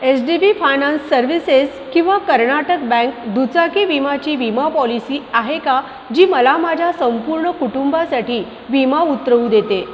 H D B finance services किंवा Karnataka bank दुचाकी विमाची विमा पॉलिसी आहे का जी मला माझ्या संपूर्ण कुटुंबासाठी विमा उतरवू देते